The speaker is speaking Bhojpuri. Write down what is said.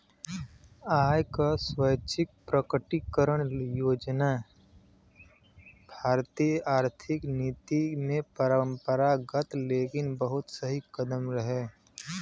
आय क स्वैच्छिक प्रकटीकरण योजना भारतीय आर्थिक नीति में अपरंपरागत लेकिन बहुत सही कदम रहे